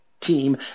team